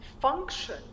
function